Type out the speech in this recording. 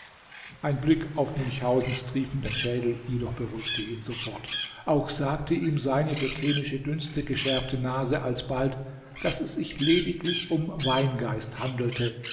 ein blick auf münchhausens triefenden schädel jedoch beruhigte ihn sofort auch sagte ihm seine für chemische dünste geschärfte nase alsbald daß es sich lediglich um weingeist handelte